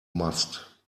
must